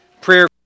Prayer